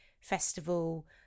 festival